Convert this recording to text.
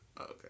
Okay